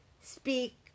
speak